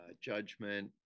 judgment